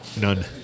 None